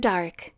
Dark